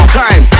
time